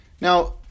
Now